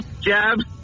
jabs